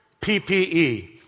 PPE